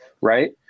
right